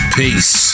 peace